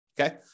okay